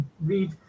read